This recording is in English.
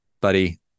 buddy